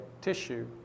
tissue